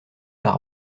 par